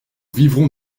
vivrons